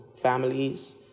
families